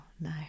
No